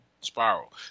spiral